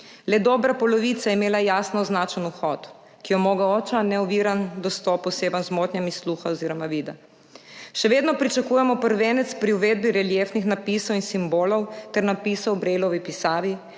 le dobra polovica je imela jasno označen vhod, ki omogoča neoviran dostop osebam z motnjami sluha oziroma vida. Še vedno pričakujemo prvenec pri uvedbi reliefnih napisov in simbolov ter napisov v Braillovi pisavi,